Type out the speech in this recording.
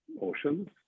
oceans